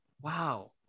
Wow